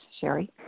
Sherry